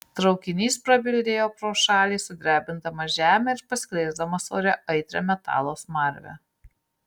traukinys prabildėjo pro šalį sudrebindamas žemę ir paskleisdamas ore aitrią metalo smarvę